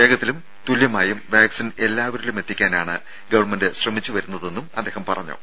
വേഗത്തിലും തുല്ല്യമായും വാക്സിൻ എല്ലാവരിലുമെത്തിക്കാനാണ് ഗവൺമെന്റ് ശ്രമിച്ചുവരുന്നതെന്നും അദ്ദേഹം പറഞ്ഞു